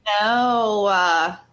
No